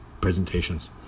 presentations